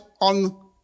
on